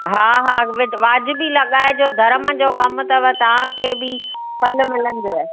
हा हा अघु व वाजिबी लॻाइजो धर्म जो कमु अथव तव्हां खे बि फल मिलंदुव